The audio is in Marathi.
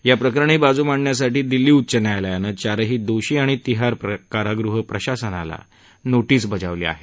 याप्रकरणी बाजू मांडण्यासाठी दिल्ली उच्च न्यायालयानं चारही दोषी आणि तिहार कारागृह प्रशासनाला नोटीस बजावली आहे